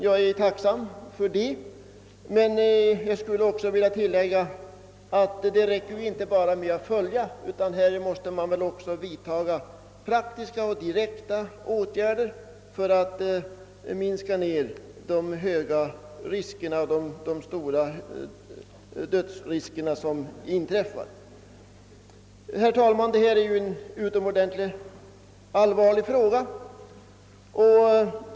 Jag är tacksam för det men jag skulle också vilja tillägga att det inte räcker med att bara följa utvecklingen, utan man måste också vidtaga praktiska och direkta åtgärder för att minska de stora dödsriskerna. Herr talman! Detta är en utomordentligt allvarlig fråga.